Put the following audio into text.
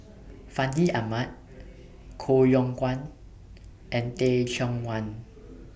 Fandi Ahmad Koh Yong Guan and Teh Cheang Wan